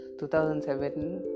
2007